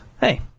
hey